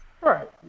Right